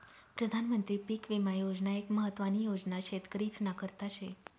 प्रधानमंत्री पीक विमा योजना एक महत्वानी योजना शेतकरीस्ना करता शे